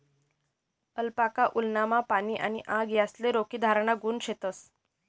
alpaca वुलनमा पाणी आणि आग यासले रोखीधराना गुण शेतस